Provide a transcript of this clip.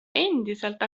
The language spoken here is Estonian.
endiselt